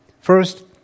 First